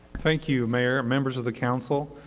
thank you, mayor, members of the council.